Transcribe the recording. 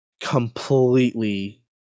completely